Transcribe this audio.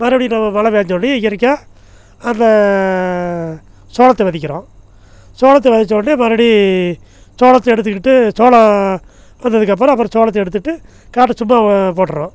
மறுபடி நம்ம மழை பேஞ்சோனையே இயற்கையாக அப்போ சோளத்தை விதைக்கிறோம் சோளத்தை விதச்சோனையே மறுபுடி சோளத்தை எடுத்துவிட்டு சோளம் வந்ததுக்கு அப்புறம் அப்புறம் சோளத்தை எடுத்துவிட்டு காட்டை சும்மா போட்டுடறோம்